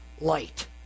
light